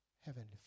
Heavenly